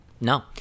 No